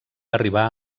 arribar